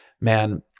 man